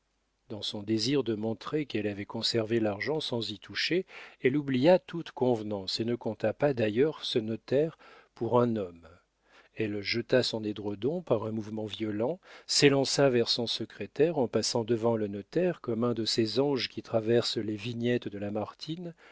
dans son désir de montrer qu'elle avait conservé l'argent sans y toucher elle oublia toute convenance et ne compta pas d'ailleurs ce notaire pour un homme elle jeta son édredon par un mouvement violent s'élança vers son secrétaire en passant devant le notaire comme un de ces anges qui traversent les vignettes de lamartine